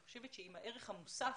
אני חושבת שאם הערך המוסף